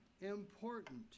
important